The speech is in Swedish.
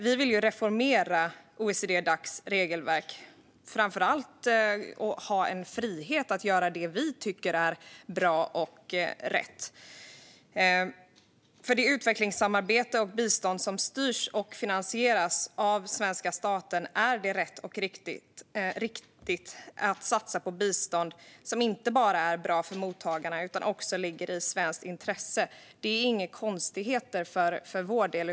Vi vill reformera OECD-Dacs regelverk och framför allt ha en frihet att göra det som vi tycker är bra och rätt. När det gäller det utvecklingssamarbete och bistånd som styrs och finansieras av svenska staten är det rätt och riktigt att satsa på bistånd som inte bara är bra för mottagarna utan också ligger i svenskt intresse. Det är inga konstigheter för vår del.